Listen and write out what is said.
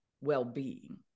well-being